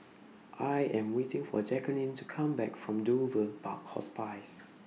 I Am waiting For Jackeline to Come Back from Dover Park Hospice